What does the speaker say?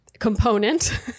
component